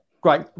great